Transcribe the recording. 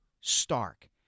stark